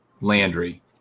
Landry